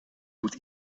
moet